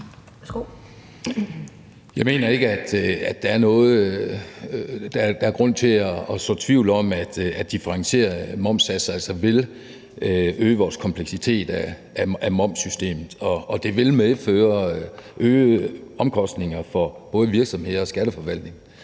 Jeg mener ikke, at der er grund til at så tvivl om, at differentierede momssatser altså vil øge kompleksiteten i momssystemet, og at det vil medføre øgede omkostninger for både virksomheder og skatteforvaltning.